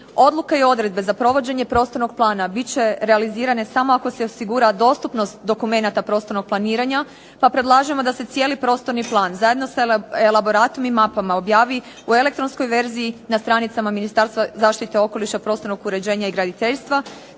Odluka i odredbe za provođenje prostornog plana bit će realizirane samo ako se osigura dostupnost dokumenata prostornog planiranja, pa predlažemo da se cijeli prostorni plan zajedno sa elaboratom i mapama objavi u elektronskoj verziji na stranicama Ministarstva zaštite okoliša, prostornog uređenja i graditeljstva,